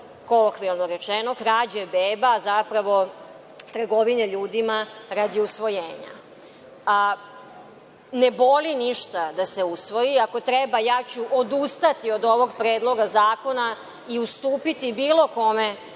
kolokvijalno rečeno, krađe beba, a zapravo trgovine ljudima radi usvojenja. Ne boli ništa da se usvoji. Ako treba, ja ću odustati od ovog predloga zakona i ustupiti bilo kome